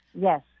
Yes